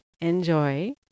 enjoy